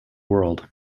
world